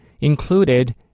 included